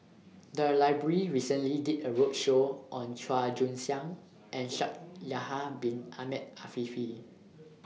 The Library recently did A roadshow on Chua Joon Siang and Shaikh Yahya Bin Ahmed Afifi